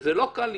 וזה לא קל.